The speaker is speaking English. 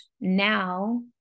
now